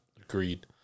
Agreed